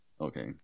Okay